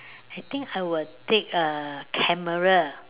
I think I would take uh camera